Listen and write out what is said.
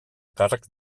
càrrec